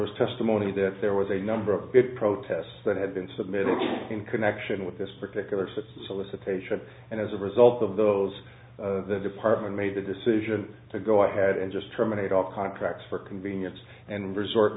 was testimony that there was a number of protests that had been submitted in connection with this particular set of solicitation and as a result of those the department made the decision to go ahead and just terminate all contracts for convenience and resort